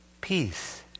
peace